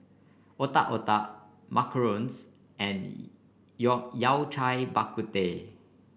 Otak Otak Macarons and Yao Cai Bak Kut Teh